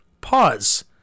pause